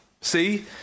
See